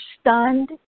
stunned